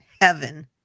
heaven